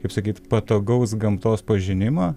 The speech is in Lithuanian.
kaip sakyt patogaus gamtos pažinimo